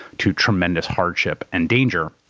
to tremendous hardship and danger.